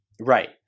Right